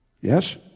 Yes